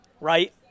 right